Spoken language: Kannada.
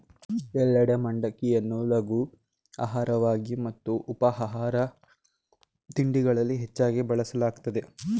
ಎಲ್ಲೆಡೆ ಮಂಡಕ್ಕಿಯನ್ನು ಲಘು ಆಹಾರವಾಗಿ ಮತ್ತು ಉಪಾಹಾರ ತಿಂಡಿಗಳಲ್ಲಿ ಹೆಚ್ಚಾಗ್ ಬಳಸಲಾಗ್ತದೆ